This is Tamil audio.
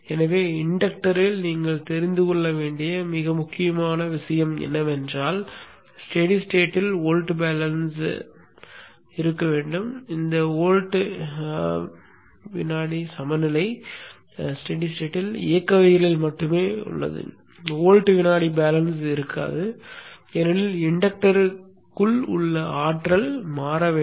எனவே இண்டக்டரில் நீங்கள் தெரிந்து கொள்ள வேண்டிய மிக முக்கியமான விஷயம் என்னவென்றால் நிலையான நிலையில் வோல்ட் வினாடி பேலன்ஸ் இருக்க வேண்டும்